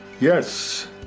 Yes